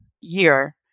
year